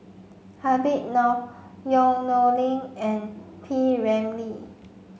Habib Noh Yong Nyuk Lin and P Ramlee